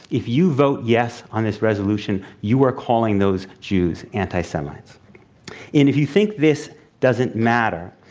if you vote yes on this resolution, you are calling those jews anti-semites. and if you think this doesn't matter,